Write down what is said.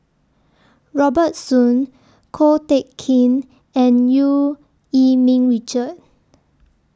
Robert Soon Ko Teck Kin and EU Yee Ming Richard